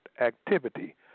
activity